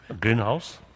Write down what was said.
Greenhouse